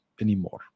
anymore